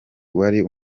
wari